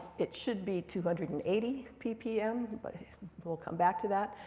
it should be two hundred and eighty ppm, but we'll come back to that.